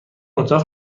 اتاق